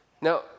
Now